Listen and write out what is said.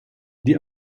die